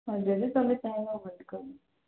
ହଁ ଯଦି ତୁମେ ଚାହିଁବ ୱେଲକମ୍